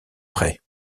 prêt